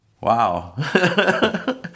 Wow